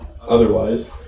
otherwise